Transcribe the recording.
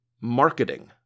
marketing